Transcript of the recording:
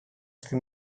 στη